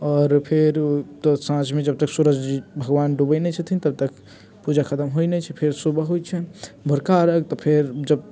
आओर फेर तऽ साँझमे जब तक सूरजजी भगवान डूबैत नहि छथिन तब तक पूजा खतम होइत नहि छै फेर सुबह होइत छै भोरका अर्घ्य तऽ फेर जब